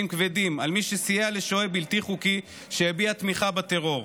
כבדים על מי שסייע לשוהה בלתי חוקי שהביע תמיכה בטרור,